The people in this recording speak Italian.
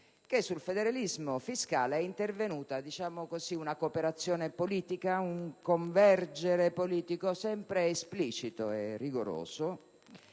- sul federalismo fiscale è intervenuta una cooperazione politica, un convergere politico sempre esplicito e rigoroso,